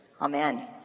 amen